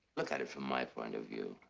look at it from my point of view.